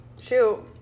shoot